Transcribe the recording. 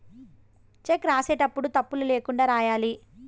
check రాసేటప్పుడు తప్పులు ల్యాకుండా రాయాలి